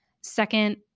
second